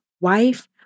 wife